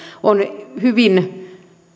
on hyvin